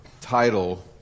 title